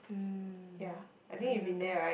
mm Marina-Bay